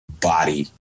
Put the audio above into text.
body